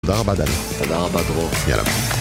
תודה רבה דני. תודה רבה דרור. יאללה.